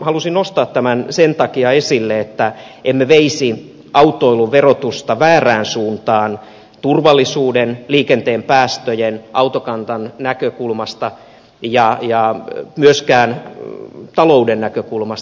halusin nostaa tämän sen takia esille että emme veisi autoilun verotusta väärään suuntaan turvallisuuden liikenteen päästöjen autokannan näkökulmasta ja myöskään talouden näkökulmasta